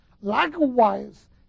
Likewise